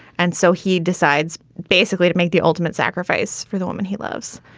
and so he decides basically to make the ultimate sacrifice for the woman he loves.